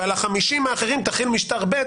ועל ה- 50 האחרים תחיל משטר ב',